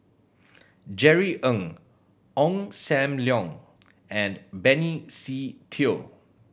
Jerry Ng Ong Sam Leong and Benny Se Teo